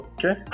Okay